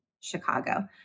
Chicago